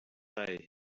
day